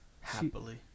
Happily